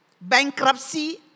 Bankruptcy